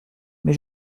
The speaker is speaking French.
mais